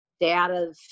data